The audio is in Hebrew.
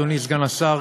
אדוני סגן השר,